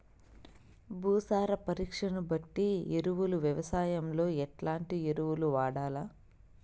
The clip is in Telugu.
భూసార పరీక్ష బట్టి ఎరువులు వ్యవసాయంలో ఎట్లాంటి ఎరువులు వాడల్ల?